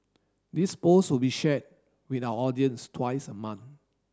this post will be shared with our audience twice a month